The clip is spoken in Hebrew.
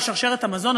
על שרשרת המזון,